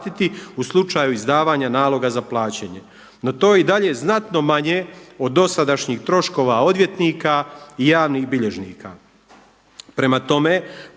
u slučaju izdavanja naloga za plaćanje. No, to je i dalje znatno manje od dosadašnjih troškova odvjetnika i javnih bilježnika.